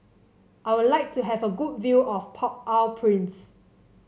I would like to have a good view of Port Au Prince